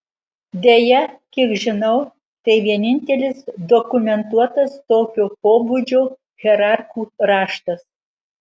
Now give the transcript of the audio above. deja kiek žinau tai vienintelis dokumentuotas tokio pobūdžio hierarchų raštas